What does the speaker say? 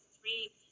three